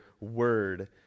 word